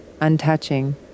untouching